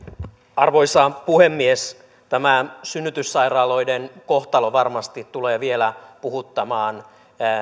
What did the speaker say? arvoisa puhemies tämä synnytyssairaaloiden kohtalo varmasti tulee vielä puhuttamaan